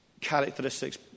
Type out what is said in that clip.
characteristics